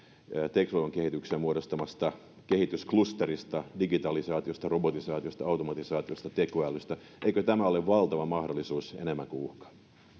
teknologian kehityksen muodostamasta kehitysklusterista digitalisaatiosta robotisaatiosta automatisaatiosta tekoälystä eikö tämä ole valtava mahdollisuus enemmän kuin uhka